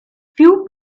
few